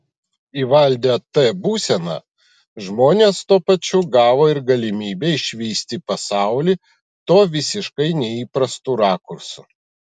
įvaldę t būseną žmonės tuo pačiu gavo ir galimybę išvysti pasaulį tuo visiškai neįprastu rakursu